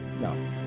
No